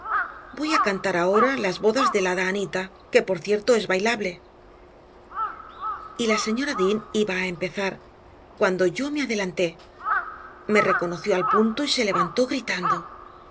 voy a cantar ahora las bodasdelhada a nita que por cierto es bailable y la señora dean iba a empezar cuando yo me adelanté me reconoció al punto y se levantó gritando